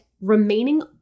remaining